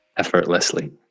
effortlessly